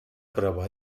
prova